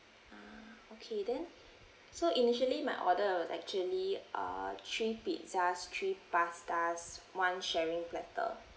ah okay then so initially my order was actually uh three pizzas three pastas one sharing platter